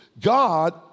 God